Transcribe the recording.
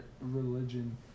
religion